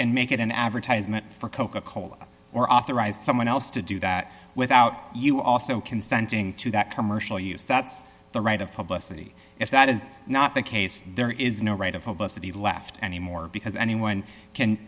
and make it an advertisement for coca cola or authorize someone else to do that without you also consenting to that commercial use that's the right of publicity if that is not the case there is no right of publicity left anymore because anyone can